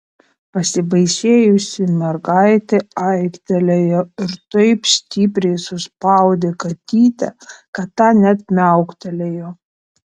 pasibaisėjusi mergaitė aiktelėjo ir taip stipriai suspaudė katytę kad ta net miauktelėjo